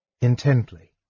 intently